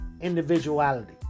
individuality